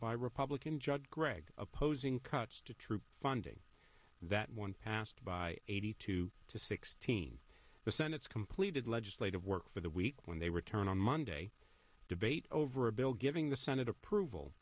by republican judd gregg opposing cuts to troop funding that one passed by eighty two to sixteen the senate's completed legislative work for the week when they return on monday debate over a bill giving the senate approval